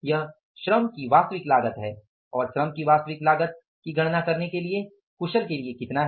यह श्रम की वास्तविक लागत है और श्रम की वास्तविक लागत की गणना करने के लिए कुशल के लिए कितना है